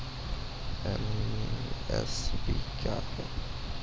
MSP क्या है?